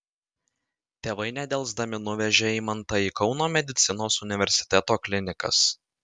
tėvai nedelsdami nuvežė eimantą į kauno medicinos universiteto klinikas